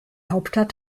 hauptstadt